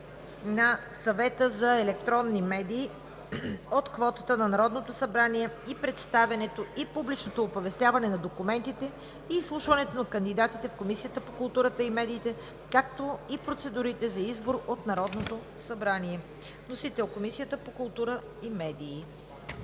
на Съвета за електронни медии от квотата на Народното събрание, представяне и публичното оповестяване на документите и изслушването на кандидатите в Комисията по културата и медиите, както и процедурата за избор от Народното събрание. Вносител е Комисията по културата и медиите.